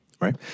Right